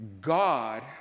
God